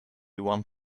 one